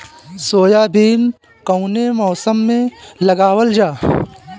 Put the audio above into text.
Soybean कौने मौसम में लगावल जा?